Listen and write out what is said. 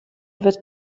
wird